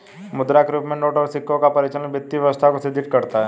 मुद्रा के रूप में नोट और सिक्कों का परिचालन वित्तीय व्यवस्था को सुदृढ़ करता है